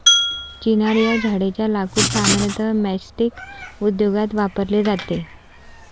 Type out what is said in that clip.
चिनार या झाडेच्या लाकूड सामान्यतः मैचस्टीक उद्योगात वापरले जाते